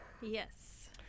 Yes